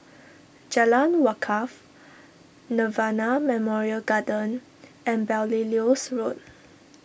Jalan Wakaff Nirvana Memorial Garden and Belilios Road